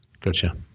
Gotcha